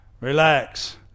Relax